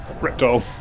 Reptile